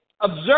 observe